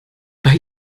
bei